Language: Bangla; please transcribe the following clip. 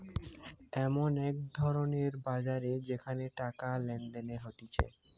এমন এক ধরণের বাজার যেখানে টাকা লেনদেন হতিছে